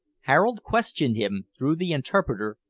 harold questioned him, through the interpreter,